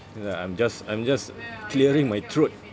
you know I'm just I'm just clearing my throat